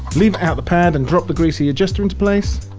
lever out the pad and drop the greasy adjuster into place.